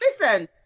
Listen